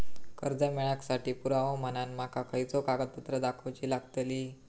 कर्जा मेळाक साठी पुरावो म्हणून माका खयचो कागदपत्र दाखवुची लागतली?